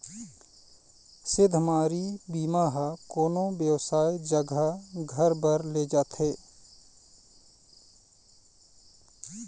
सेधमारी बीमा ह कोनो बेवसाय जघा घर बर ले जाथे